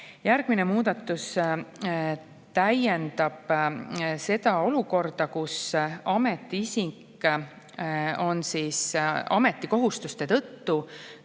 Järgmine muudatus täiendab seda olukorda, kus ametiisik on ametikohustuste tõttu